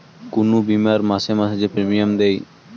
কুনু বীমার মাসে মাসে যে প্রিমিয়াম দেয়